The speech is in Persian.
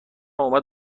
اومد